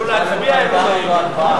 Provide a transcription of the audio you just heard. ההצעה להעביר את הצעת חוק